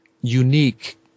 unique